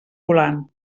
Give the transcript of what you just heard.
volant